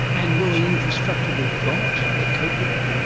and will the infrastructure we've got cope with it?